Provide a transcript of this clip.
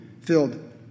filled